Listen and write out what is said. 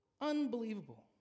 Unbelievable